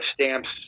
stamps